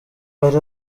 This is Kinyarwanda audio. ari